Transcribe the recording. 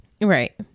right